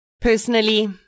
Personally